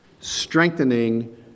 strengthening